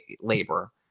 labor